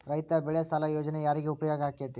ರೈತ ಬೆಳೆ ಸಾಲ ಯೋಜನೆ ಯಾರಿಗೆ ಉಪಯೋಗ ಆಕ್ಕೆತಿ?